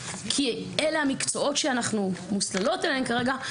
כי אלה המקצועות שאנחנו מוסללות אליהם כרגע,